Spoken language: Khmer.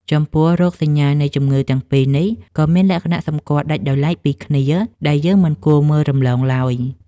ចំពោះរោគសញ្ញានៃជំងឺទាំងពីរនេះ ក៏មានលក្ខណៈសម្គាល់ដាច់ដោយឡែកពីគ្នាដែលយើងមិនគួរមើលរំលងឡើយ។